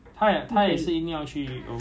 no choice ah must must go overseas